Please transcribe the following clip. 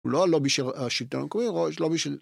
לא, לא בשביל השלטון הקווי ראש, לא בשביל...